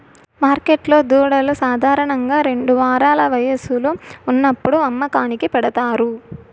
మార్కెట్లో దూడలు సాధారణంగా రెండు వారాల వయస్సులో ఉన్నప్పుడు అమ్మకానికి పెడతారు